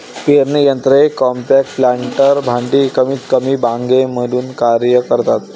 पेरणी यंत्र हे कॉम्पॅक्ट प्लांटर भांडी कमीतकमी बागे म्हणून कार्य करतात